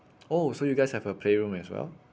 oh so you guys have a playroom as well